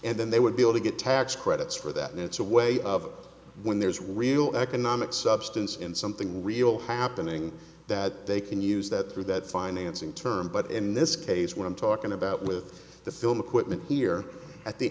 and then they would be able to get tax credits for that and it's a way of when there's real economic substance in something real happening that they can use that through that financing term but in this case what i'm talking about with the film equipment here at the